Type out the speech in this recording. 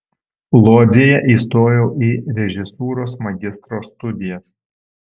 lodzėje įstojau į režisūros magistro studijas